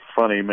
funny